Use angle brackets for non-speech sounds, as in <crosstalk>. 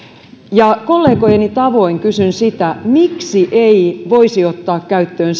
kollegojeni tavoin kysyn sitä miksi ei voitaisi ottaa käyttöön <unintelligible>